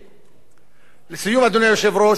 לסיום, אדוני היושב-ראש, אני רוצה לספר לך משהו.